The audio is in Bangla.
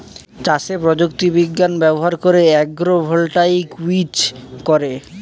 চাষে প্রযুক্তি বিজ্ঞান ব্যবহার করে আগ্রো ভোল্টাইক ইউজ করে